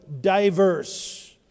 diverse